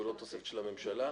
לא התוספת של הממשלה.